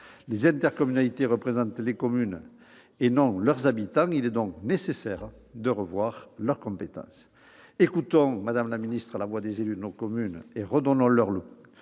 Les intercommunalités représentent les communes, et non leurs habitants. Il est donc nécessaire de revoir leurs compétences. Écoutons, madame la ministre, la voix des élus de nos communes et redonnons-leur du